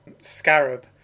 Scarab